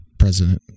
president